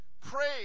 Praise